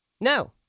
No